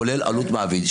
כולל עלות מעביד.